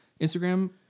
Instagram